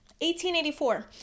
1884